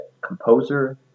composer